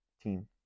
team